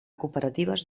cooperatives